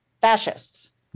fascists